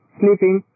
sleeping